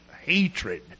hatred